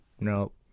Nope